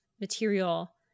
material